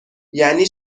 یعنی